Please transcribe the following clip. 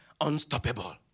unstoppable